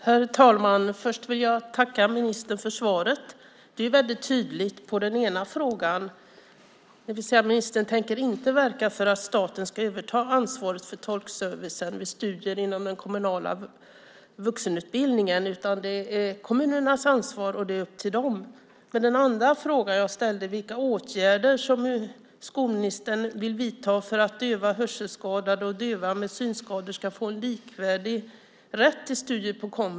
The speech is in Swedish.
Herr talman! Först vill jag tacka ministern för svaret. Svaret på den ena frågan är väldigt tydligt. Ministern tänker inte verka för att staten ska överta ansvaret för tolkservicen vid studier inom den kommunala vuxenutbildningen, utan det är kommunernas ansvar. Det är upp till dem. Den andra frågan är vilka åtgärder skolministern vill vidta för att döva, hörselskadade och döva med synskador ska få en likvärdig rätt till studier på komvux.